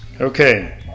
Okay